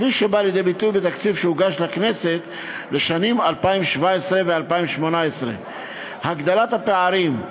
כפי שבא לידי ביטוי בתקציב שהוגש לכנסת לשנים 2017 2018. הגדלת הפערים,